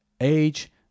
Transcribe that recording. age